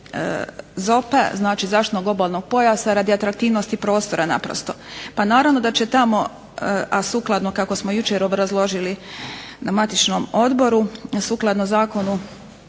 ZOP-a, znači zaštitnog obalnog pojasa radi atraktivnosti prostora naprosto. Pa naravno da će tamo, a sukladno kako smo jučer obrazložili na matičnom odboru sukladno Zakonu